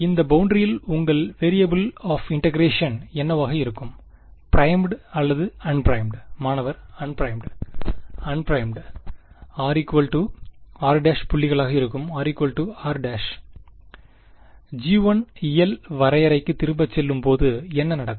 இந்த பௌண்டரியில் உங்கள் வேறியபில் ஆஃப் இன்டெகிரேஷன் என்னவாக இருக்கும் ப்ரைமுட் அல்லது அன் ப்ரைமுட் மாணவர் unprimed unprimed r r' புள்ளிகளாக இருக்கும் r r' g1 இயல் வரையறைக்கு திரும்ப செல்லும் போது என்ன நடக்கும்